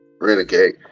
Renegade